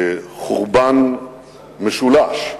חורבן משולש,